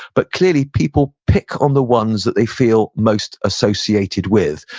but clearly, people pick on the ones that they feel most associated with.